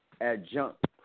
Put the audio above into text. adjunct